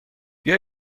بیا